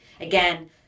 again